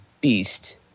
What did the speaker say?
beast